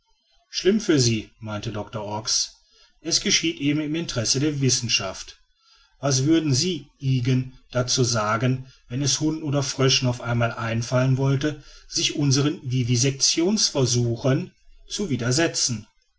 schlimm für sie meinte doctor ox es geschieht eben im interesse der wissenschaft was würden sie ygen dazu sagen wenn es hunden oder fröschen auf einmal einfallen wollte sich unseren vivisectionsversuchen zu widersetzen